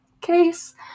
case